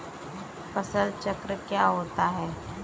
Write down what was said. फसल चक्र क्या होता है?